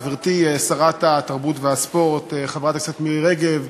גברתי שרת התרבות והספורט חברת הכנסת מירי רגב,